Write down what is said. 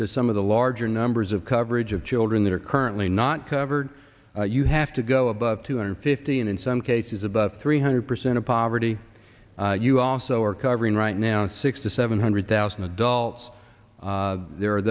to some of the larger numbers of coverage of children that are currently not covered you have to go above two hundred fifty and in some cases above three hundred percent of poverty you also are covering right now and six to seven hundred thousand adults there are